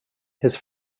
his